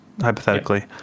Hypothetically